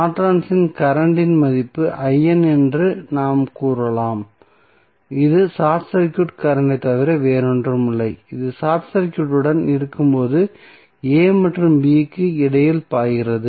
Norton's current இன் மதிப்பு என்று நாம் கூறலாம் இது ஷார்ட் சர்க்யூட் கரண்ட் ஐ த் தவிர வேறொன்றுமில்லை இது ஷார்ட் சர்க்யூட்டுடன் இருக்கும்போது a மற்றும் b க்கு இடையில் பாய்கிறது